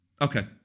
Okay